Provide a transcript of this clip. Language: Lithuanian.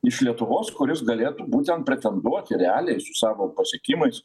iš lietuvos kuris galėtų būtent pretenduoti realiai savo pasiekimais